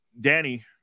Danny